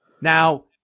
Now